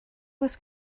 was